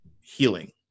healing